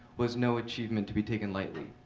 was no achievement to be taken lightly.